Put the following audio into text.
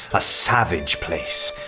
a savage place!